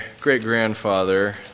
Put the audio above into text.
great-grandfather